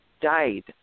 died